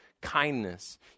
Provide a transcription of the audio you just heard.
kindness